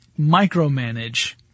micromanage